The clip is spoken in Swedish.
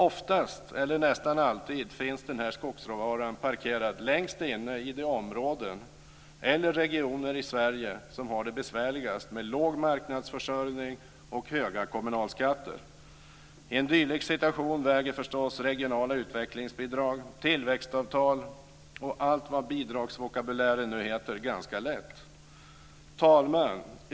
Oftast eller nästan alltid finns den här skogsråvaran parkerad längst inne i de områden eller regioner i Sverige som har det besvärligast med låg marknadsförsörjning och höga kommunalskatter. I en dylik situation väger förstås regionala utvecklingsbidrag, tillväxtavtal och allt vad bidragsvokabulären nu heter ganska lätt. Herr talman!